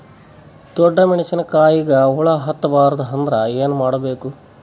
ಡೊಣ್ಣ ಮೆಣಸಿನ ಕಾಯಿಗ ಹುಳ ಹತ್ತ ಬಾರದು ಅಂದರ ಏನ ಮಾಡಬೇಕು?